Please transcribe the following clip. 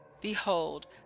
Behold